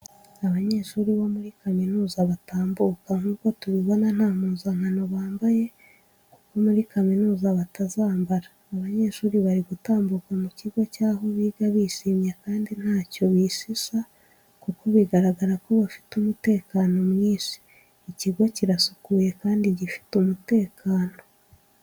Abanyeshuri bo muri kaminuza batambuka, nk'uko tubibona nta mpuzankano bambaye kuko muri kaminuza batazambara. Abanyeshuri bari gutambuka mu kigo cy'aho biga bishimye kandi ntacyo bishisha kuko bigaragara ko bafite umutekano mwinshi. Ikigo kirasukuye kandi gifite umutekano.